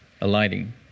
alighting